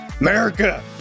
America